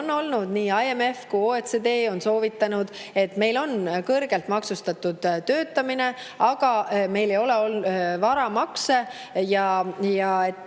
Nii IMF kui OECD on [viidanud], et meil on kõrgelt maksustatud töötamine, aga meil ei ole varamakse, ja on